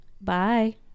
Bye